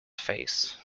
face